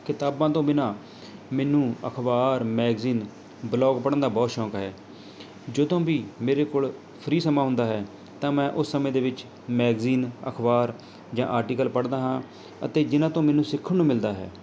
ਕਿਤਾਬਾਂ ਤੋਂ ਬਿਨ੍ਹਾਂ ਮੈਨੂੰ ਅਖ਼ਬਾਰ ਮੈਗਜ਼ੀਨ ਬਲੋਗ ਪੜ੍ਹਨ ਦਾ ਬਹੁਤ ਸ਼ੌਂਕ ਹੈ ਜਦੋਂ ਵੀ ਮੇਰੇ ਕੋਲ ਫ੍ਰੀ ਸਮਾਂ ਹੁੰਦਾ ਹੈ ਤਾਂ ਮੈਂ ਉਸ ਸਮੇਂ ਦੇ ਵਿੱਚ ਮੈਗਜ਼ੀਨ ਅਖ਼ਬਾਰ ਜਾਂ ਆਰਟੀਕਲ ਪੜ੍ਹਦਾ ਹਾਂ ਅਤੇ ਜਿਨ੍ਹਾਂ ਤੋਂ ਮੈਨੂੰ ਸਿੱਖਣ ਨੂੰ ਮਿਲਦਾ ਹੈ